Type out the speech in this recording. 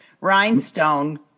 Rhinestone